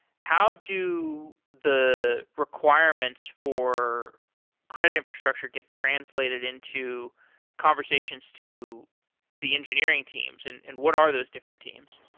how do the requirements for credit infrastructure get translated into conversations to the engineering teams and and what are those different teams?